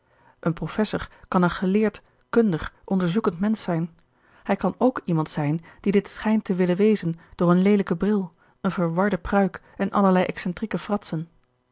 een professor kan een geleerd kundig onderzoekend mensch zijn hij kan ook iemand zijn die dit schijnt te willen wezen door een leelijken bril eene verwarde pruik en allerlei excentrieke fratsen